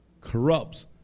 corrupts